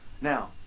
Now